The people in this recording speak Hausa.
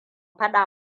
fada